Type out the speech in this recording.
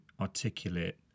articulate